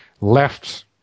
left